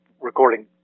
recording